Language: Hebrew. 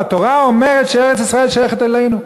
והתורה אומרת שארץ-ישראל שייכת לנו,